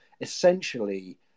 essentially